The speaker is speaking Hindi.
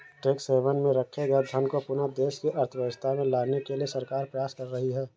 टैक्स हैवन में रखे गए धन को पुनः देश की अर्थव्यवस्था में लाने के लिए सरकार प्रयास कर रही है